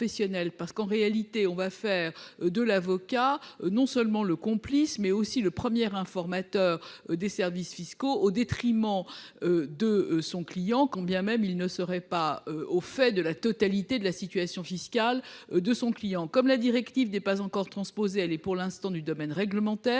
En réalité, on va faire de l'avocat non seulement le complice, mais aussi le premier informateur des services fiscaux, au détriment de son client, quand bien même il ne serait pas au fait de la totalité de la situation fiscale de ce dernier. La directive n'étant pas encore transposée, elle relève pour le moment du domaine réglementaire.